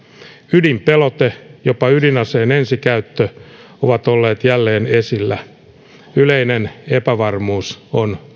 ydinpelote jopa ydinaseen ensikäyttö on ollut jälleen esillä yleinen epävarmuus on